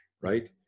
right